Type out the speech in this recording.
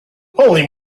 holy